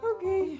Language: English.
Okay